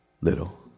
little